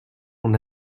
mon